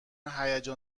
هیجان